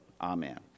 Amen